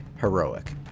heroic